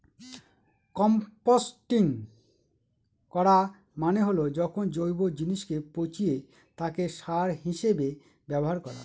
composting করা মানে হল যখন জৈব জিনিসকে পচিয়ে তাকে সার হিসেবে ব্যবহার করা